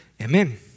Amen